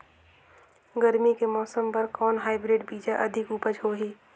गरमी के मौसम बर कौन हाईब्रिड बीजा अधिक उपज होही?